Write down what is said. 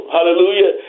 Hallelujah